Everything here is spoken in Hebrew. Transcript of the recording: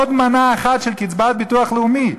עוד מנה אחת של קצבת ביטוח לאומי.